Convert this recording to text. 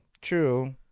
True